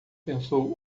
pensou